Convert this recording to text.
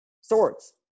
swords